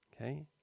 okay